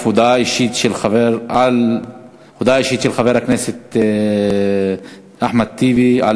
הודעה אישית של חבר הכנסת אחמד טיבי על